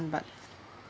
but